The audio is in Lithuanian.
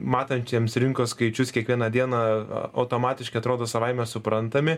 matantiems rinkos skaičius kiekvieną dieną automatiškai atrodo savaime suprantami